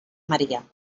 maria